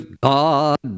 God